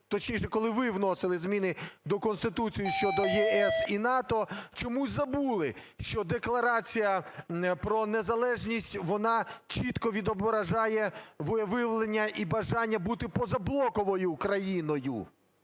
точніше, коли ви вносили зміни до Конституції щодо ЄС і НАТО, чомусь забули, що Декларація про незалежність, вона чітко відображає волевиявлення і бажання бути позаблоковою країною,